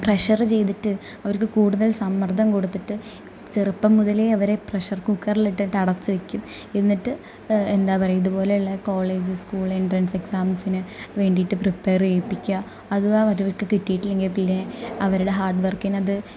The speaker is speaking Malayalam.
പ്രഷർ ചെയ്തിട്ട് അവർക്ക് കൂടുതൽ സമ്മർദ്ദം കൊടുത്തിട്ട് ചെറുപ്പം മുതലേ അവരെ പ്രഷർ കുക്കറിൽ ഇട്ടിട്ട് അടച്ചു വയ്ക്കും എന്നിട്ട് എന്താണ് പറയുക ഇതുപോലെയുള്ള കോളേജ് സ്കൂൾ എൻട്രൻസ് എക്സാംസിന് വേണ്ടിയിട്ട് പ്രിപെയർ ചെയ്യിപ്പിക്കുക അഥവാ അവർക്ക് കിട്ടിയിട്ടില്ലെങ്കിൽ പിന്നെ അവരുടെ ഹാർഡ് വർക്കിനത്